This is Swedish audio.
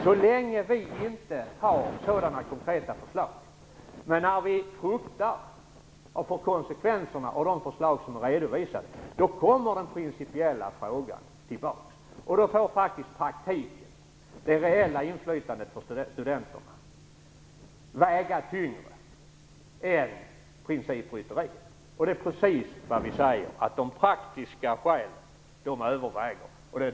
Så länge vi inte har sådana konkreta förslag, men fruktar för konsekvenserna av de förslag som redovisats, kommer den principiella frågan tillbaka. Då får faktiskt praktiken, det reella inflytandet för studenterna, väga tyngre än principrytteriet. Det är precis vad vi säger. De praktiska skälen överväger.